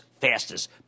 fastest